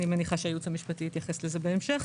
אני מניחה שהייעוץ המשפטי יתייחס לזה בהמשך.